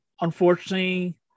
unfortunately